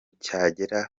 cyagera